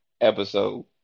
episode